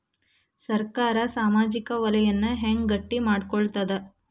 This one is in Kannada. ಸರ್ಕಾರಾ ಸಾಮಾಜಿಕ ವಲಯನ್ನ ಹೆಂಗ್ ಗಟ್ಟಿ ಮಾಡ್ಕೋತದ?